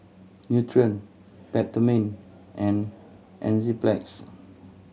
Nutren Peptamen and Enzyplex